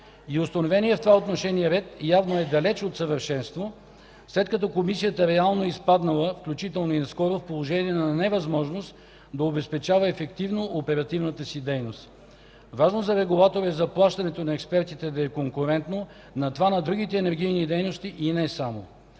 Установеният в това отношение ред явно е далеч от съвършенство, след като Комисията реално е изпаднала, включително и наскоро, в положение на невъзможност да обезпечава ефективно оперативната си дейност. Важно за регулатора е заплащането на експертите да е конкурентно на това на другите енергийни дейности и не само.